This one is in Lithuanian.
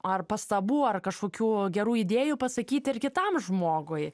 ar pastabų ar kažkokių gerų idėjų pasakyti ir kitam žmogui